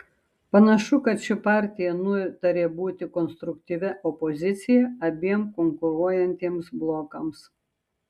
panašu kad ši partija nutarė būti konstruktyvia opozicija abiem konkuruojantiems blokams